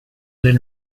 del